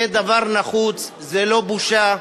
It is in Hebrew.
זה דבר נחוץ, זו לא בושה.